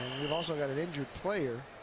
we've also got an injured player.